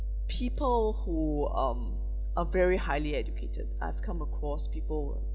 people who um are very highly educated I've come across people